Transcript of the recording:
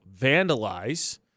vandalize